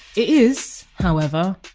it is, however,